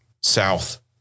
south